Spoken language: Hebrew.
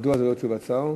מדוע זה ללא תשובת שר?